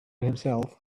himself